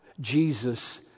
Jesus